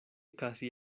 casi